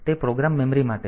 તે program memory માટે છે